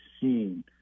seen